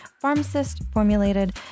pharmacist-formulated